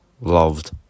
loved